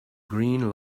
green